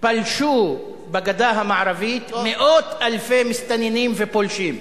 פלשו בגדה המערבית מאות אלפי מסתננים ופולשים,